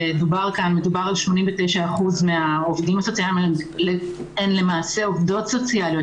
89% מהעובדים הסוציאליים הם עובדות סוציאליות,